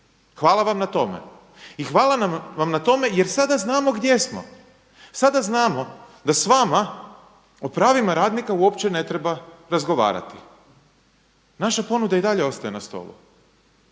Hvala vam na tome. I hvala vam na tome jer sada znamo gdje smo, sada znamo da s vama o pravima radnika uopće ne treba razgovarati. Naša ponuda i dalje ostaje na stolu.